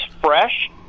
fresh